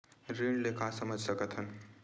ऋण ले का समझ सकत हन?